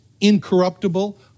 incorruptible